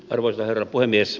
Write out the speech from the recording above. arvoisa herra puhemies